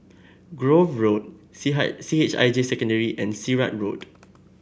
Grove Road C high C H I J Secondary and Sirat Road